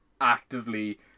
Actively